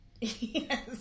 Yes